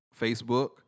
Facebook